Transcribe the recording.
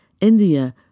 India